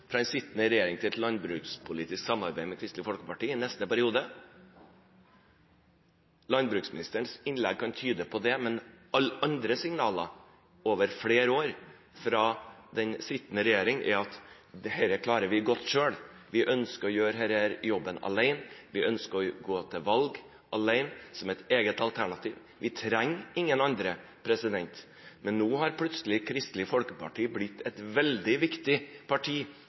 fra den sittende regjering til et landbrukspolitisk samarbeid med Kristelig Folkeparti i neste periode? Landbruksministerens innlegg kan tyde på det, men alle andre signaler over flere år fra den sittende regjering, er: Dette klarer vi godt selv – vi ønsker å gjøre denne jobben alene, vi ønsker å gå til valg alene, som et eget alternativ, vi trenger ingen andre. Men nå har plutselig Kristelig Folkeparti blitt et veldig viktig parti